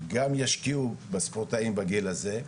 גם ישקיעו בספורטאים בגיל הזה.